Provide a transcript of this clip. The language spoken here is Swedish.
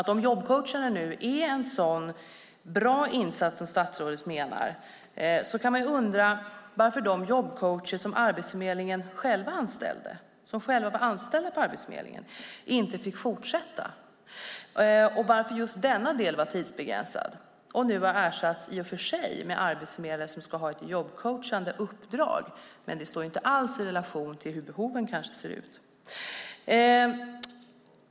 Om jobbcoacherna nu är en så bra insats som statsrådet menar kan man undra varför de jobbcoacher som Arbetsförmedlingen själv anställde inte fick fortsätta och varför just denna del var tidsbegränsad. Nu har i och för sig den ersatts med arbetsförmedlare som ska ha ett jobbcoachande uppdrag, men det står inte alls i relation till hur behoven kanske ser ut.